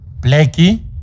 Blackie